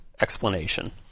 explanation